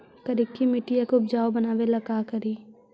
करिकी मिट्टियां के उपजाऊ बनावे ला का करी?